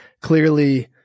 Clearly